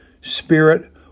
spirit